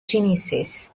genesis